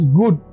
good